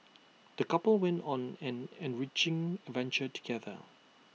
the couple went on an enriching adventure together